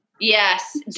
Yes